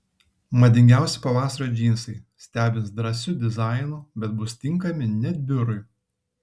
madingiausi pavasario džinsai stebins drąsiu dizainu bet bus tinkami net biurui